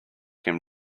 him